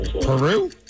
Peru